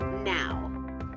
now